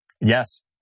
Yes